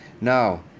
Now